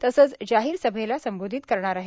तसंच जाहिर सभेला संबोधित करणार आहेत